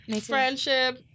friendship